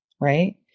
Right